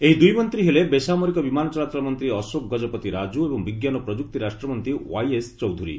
ଏହି ଦୁଇମନ୍ତ୍ରୀ ହେଲେ ବେସାମରିକ ବିମାନ ଚଳାଚଳ ମନ୍ତ୍ରୀ ଅଶୋକ ଗଜପତି ରାଜୁ ଏବଂ ବିଜ୍ଞାନ ଓ ପ୍ରଯୁକ୍ତି ରାଷ୍ଟ୍ରମନ୍ତ୍ରୀ ୱାଇଏସ୍ ଚୌଧୁରୀ